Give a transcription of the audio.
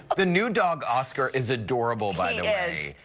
ah the new dog, oscar, is adorable, by the way.